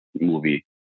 movie